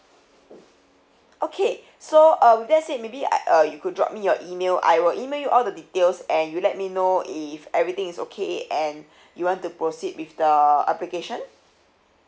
okay so err with that said maybe uh uh you could drop me your email I will email you all the details and you let me know if everything is okay and you want to proceed with the application